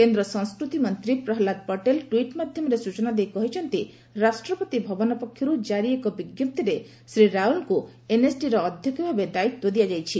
କେନ୍ଦ୍ର ସଂସ୍କୃତି ମନ୍ତ୍ରୀ ପ୍ରହ୍ଲାଦ ପଟେଲ ଟ୍ୱିଟ୍ ମାଧ୍ୟମରେ ସୂଚନା ଦେଇ କହିଛନ୍ତି ରାଷ୍ଟ୍ରପତି ଭବନ ପକ୍ଷରୁ ଶ୍ରୀ ରାଓ୍ୱଲଙ୍କୁ ଏନ୍ଏସ୍ଡିର ଅଧ୍ୟକ୍ଷ ଭାବେ ଦାୟିତ୍ୱ ଦିଆଯାଇଛି